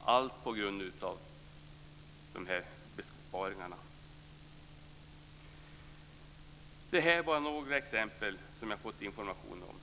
Allt på grund av de här besparingarna. Det här är bara några exempel som jag har fått information om.